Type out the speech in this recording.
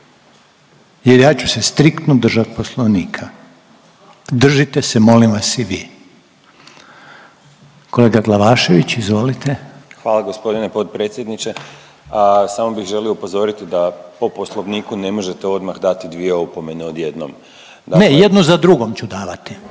jer ja ću se striktno držat poslovnika, držite se molim vas i vi. Kolega Glavašević, izvolite. **Glavašević, Bojan (Nezavisni)** Hvala g. potpredsjedniče. Samo bih želio upozoriti da po poslovniku ne možete odmah dati dvije opomene odjednom, dakle… …/Upadica